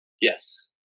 Yes